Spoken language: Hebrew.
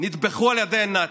נטבחו על ידי הנאצים,